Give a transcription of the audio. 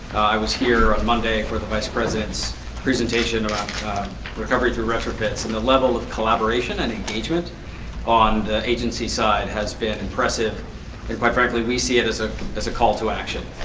i was here on monday for the vice-president's presentation about recovery of retrofits and the level of collaboration and engagement on the agency side has been impressive. and quite frankly, we see it as ah as a call to action.